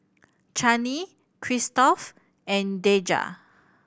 Chanie Christop and Deja